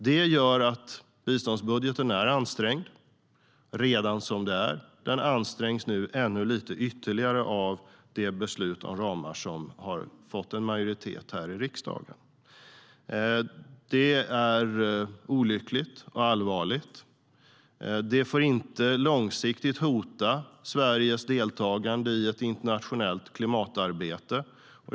Det gör att biståndsbudgeten är ansträngd redan som det är. Den ansträngs nu ytterligare i och med de beslut om ramar som har fattats med majoritet här i riksdagen. Detta är olyckligt och allvarligt. Det får inte långsiktigt hota Sveriges deltagande i ett internationellt klimatarbete.